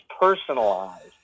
personalized